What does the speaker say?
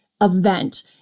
event